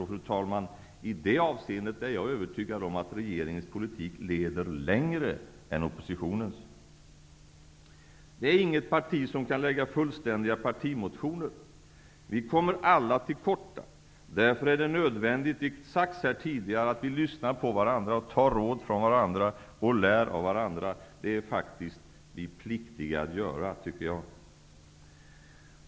Fru talman, i det avseendet är jag övertygad om att regeringens politik leder längre än oppositionens. Det är inget parti som kan väcka fullständiga partimotioner. Vi kommer alla till korta. Därför är det nödvändigt, vilket har sagts här tidigare, att vi lyssnar på varandra och lär av varandra. Det är vi faktiskt pliktiga att göra, tycker jag.